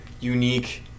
unique